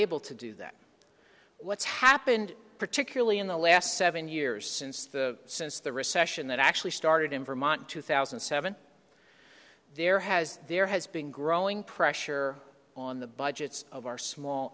able to do that what's happened particularly in the last seven years since the since the recession that actually started in vermont two thousand and seven there has there has been growing pressure on the budgets of our small